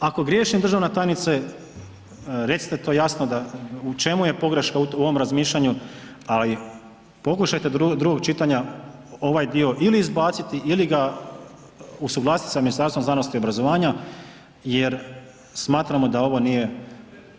Ako griješim državna tajnice recite to jasno u čemu je pogreška u ovom razmišljanju, ali pokušajte do drugog čitanja ovaj dio ili izbaciti ili ga usuglasiti sa Ministarstvom znanosti i obrazovanja jer smatramo da ovo nije,